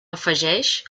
afegeix